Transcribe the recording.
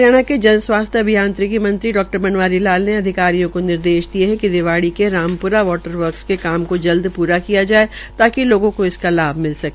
हरियाणा के जन स्वास्थ्य आभियांत्रिकी मंत्री डा बनवारी लाल ने अधिकारियों को निर्देश दिये कि रिवाड़ीके रामप्रा वाटर वर्कस के काम को जल्द पूरा किया जाये ताकि लोगों को इसका लाभ मिल सके